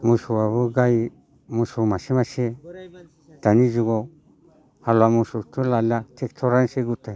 मोसौआबो गाय मोसौ मासे मासे दानि जुगाव हाला मोसौखौथ' लाला ट्रेक्टरानोसै गुथाय